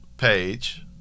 page